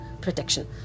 protection